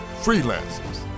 freelancers